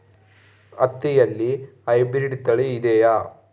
ಹತ್ತಿಯಲ್ಲಿ ಹೈಬ್ರಿಡ್ ತಳಿ ಇದೆಯೇ?